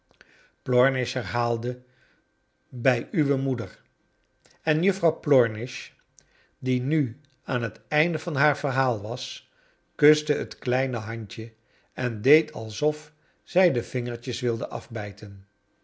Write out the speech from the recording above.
plornish herhaalde bij uwe moeder en juffrouw plornish die nu aan het einde van haar verhaal was kuste het kleine handje en deed alsof zij de vingertjes wild